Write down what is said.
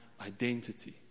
identity